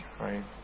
right